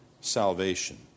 salvation